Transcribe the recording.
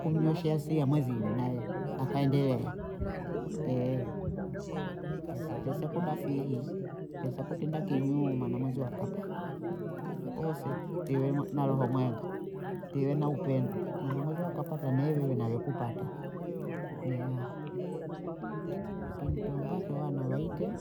Kumnyoshea siha mwenziwe naye akaendelea, hasa tese kudafihi tese kutiba kinyuu mwana mweziwe akapata, wose tiwe na roho mwenge, tiwe na upendo maana mwenzako kapata ne wiwe nawe kupata, ne aha akini tuombacho wana waite